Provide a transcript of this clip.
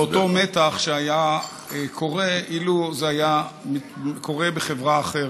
לאותו מתח שהיה קורה אילו זה היה קורה בחברה אחרת.